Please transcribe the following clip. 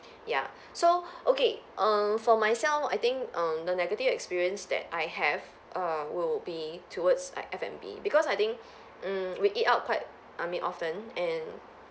ya so okay err for myself I think err the negative experience that I have err will be towards like F and B because I think mm we eat out quite I mean often and